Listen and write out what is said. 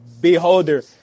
beholder